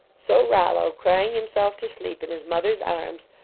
so rollo, crying himself to sleep in his mother s arms,